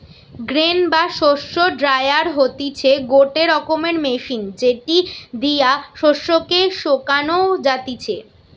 grain বা শস্য dryer হতিছে গটে রকমের মেশিন যেটি দিয়া শস্য কে শোকানো যাতিছে